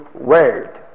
Word